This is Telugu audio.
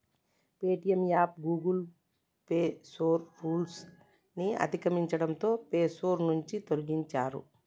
పేటీఎం యాప్ గూగుల్ పేసోర్ రూల్స్ ని అతిక్రమించడంతో పేసోర్ నుంచి తొలగించారు